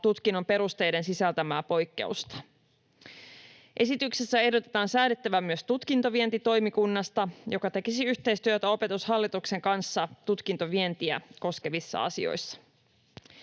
tutkinnon perusteiden sisältämää poikkeusta. Esityksessä ehdotetaan säädettävän myös tutkintovientitoimikunnasta, joka tekisi yhteistyötä Opetushallituksen kanssa tutkintovientiä koskevissa asioissa.